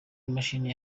imashini